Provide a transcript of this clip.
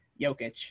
Jokic